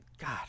God